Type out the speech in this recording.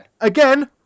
again